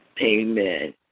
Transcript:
Amen